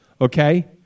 Okay